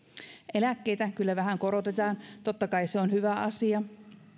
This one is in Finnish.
eläkkeitä kyllä vähän korotetaan totta kai se on hyvä asia